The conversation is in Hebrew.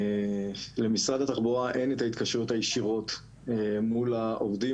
למשרד התחבורה אין את ההתקשרויות הישירות מול העובדים,